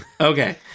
Okay